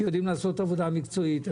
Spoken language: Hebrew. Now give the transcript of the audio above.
שיודעים לעשות עבודה מקצועית.